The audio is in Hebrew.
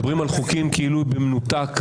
חוקים כאילו במנותק,